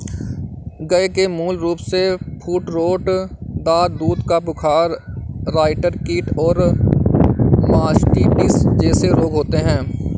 गय के मूल रूपसे फूटरोट, दाद, दूध का बुखार, राईडर कीट और मास्टिटिस जेसे रोग होते हें